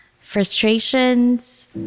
Frustrations